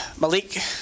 Malik